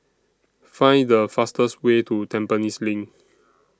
Find The fastest Way to Tampines LINK